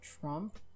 Trump